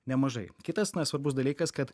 nemažai kitas na svarbus dalykas kad